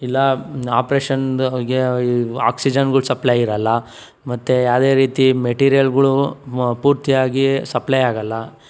ಇಲ್ಲ ಅಪರೇಶನ್ದು ಆಕ್ಸಿಜನ್ಗಳು ಸಪ್ಲೈ ಇರಲ್ಲ ಮತ್ತೆ ಯಾವುದೇ ರೀತಿ ಮೆಟೀರಿಯಲ್ಗಳು ಮ ಪೂರ್ತಿಯಾಗಿ ಸಪ್ಲೈ ಆಗಲ್ಲ